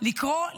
לקרוא,